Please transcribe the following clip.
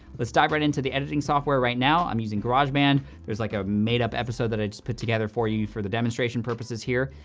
let's dive right into the editing software right now. i'm using garageband. there's like a made-up episode that i just put together for you for the demonstration purposes here,